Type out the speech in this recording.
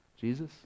Jesus